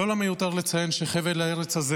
לא מיותר לציין שחבל הארץ הזה